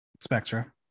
Spectra